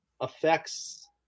affects